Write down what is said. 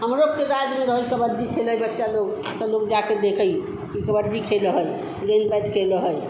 हम लोग के राज में रहिल कबड्डी खेले बच्चे लोग ताे लोग जाकर देखइ कि कबड्डी खेले हैं गेंद बैट खेले हैं